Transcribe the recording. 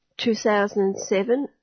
2007